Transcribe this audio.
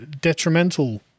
detrimental